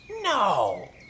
No